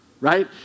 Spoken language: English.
right